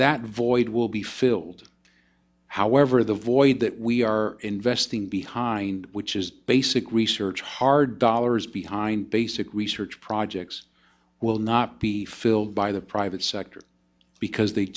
that void will be filled however the void that we are investing behind which is basic research hard dollars behind basic research projects will not be filled by the private sector because they